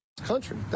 country